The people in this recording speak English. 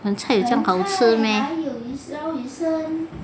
盆菜有这样好吃 meh